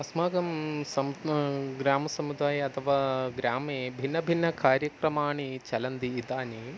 अस्माकं सः ग्रामसमुदाये अथवा ग्रामे भिन्नभिन्नकार्यक्रमाः चलन्ति इदानीं